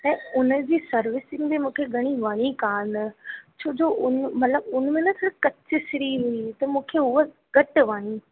ऐं हुनजी सर्विसिंग बि मुखे घणी वणी कान छो जो हुन मतलबु हुन में न कचे सिरी हुई त मूंखे उहा घटि वणी